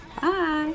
Bye